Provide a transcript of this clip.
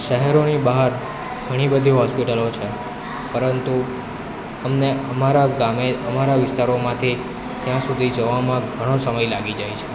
શહેરોની બહાર ઘણી બધી હોસ્પિટલો છે પરંતુ અમને અમારા ગામે અમારા વિસ્તારોમાંથી ત્યાં સુધી જવામાં ઘણો સમય લાગી જાય છે